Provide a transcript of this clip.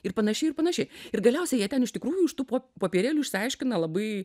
ir panašiai ir panašiai ir galiausiai jie ten iš tikrųjų iš tų popierėlių išsiaiškina labai